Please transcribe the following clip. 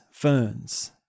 ferns